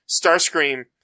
Starscream